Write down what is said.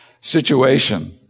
situation